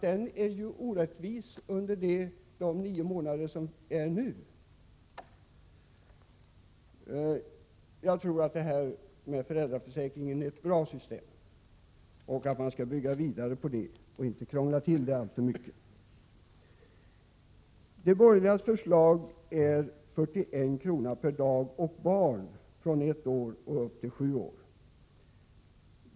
Den är ju i så fall orättvis redan under de nio månader som den nu utgår under. Jag menar att föräldraförsäkringen är ett bra system, som man skall bygga vidare på utan att krångla till det alltför mycket. De borgerligas förslag är 41 kr. per dag och barn från ett års ålder och upp till sju års ålder.